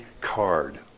card